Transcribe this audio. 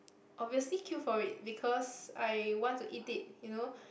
obviously queue for it because I want to eat it you know